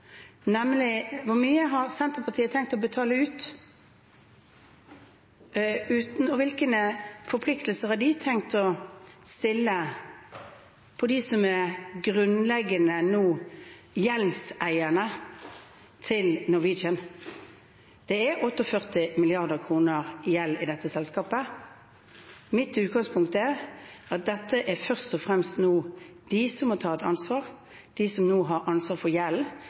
nemlig: Hvor mye har Senterpartiet tenkt å betale ut, og hvilke forpliktelser har de tenkt å stille til dem som nå grunnleggende er gjeldseierne til Norwegian? Det er 48 mrd. kr i gjeld i dette selskapet. Mitt utgangspunkt er at det først og fremst er de som nå må ta et ansvar, de som har ansvar for